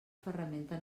ferramenta